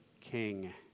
king